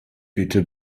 bitte